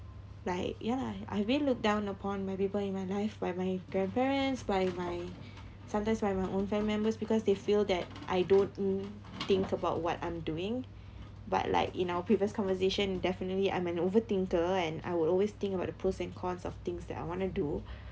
like ya lah I really look down upon my people in my life by my grandparents by my sometimes by my own family members because they feel that I don't think about what I'm doing but like in our previous conversation definitely I'm an over thinker and I would always think about the pros and cons of things that I want to do